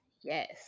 yes